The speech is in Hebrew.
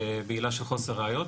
בעילה של חוסר ראיות,